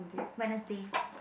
Wednesday